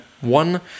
one